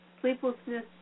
sleeplessness